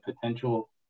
potential